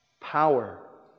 power